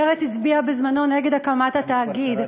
מרצ הצביעה בזמנו נגד הקמת התאגיד.